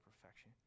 perfection